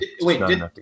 Wait